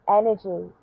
energy